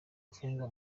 mfungwa